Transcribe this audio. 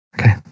Okay